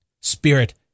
Spirit